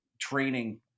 training